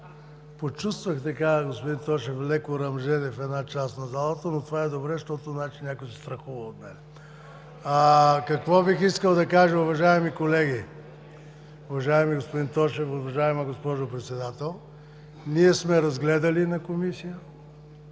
Почувствах, така, господин Тошев, леко ръмжене в една част на залата, но това е добре, защото значи някой се страхува от мен. Какво бих искал да кажа, уважаеми колеги? Уважаеми господин Тошев, уважаема госпожо Председател! Ние сме разгледали на Комисия